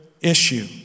issue